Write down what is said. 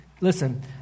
listen